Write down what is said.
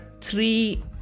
three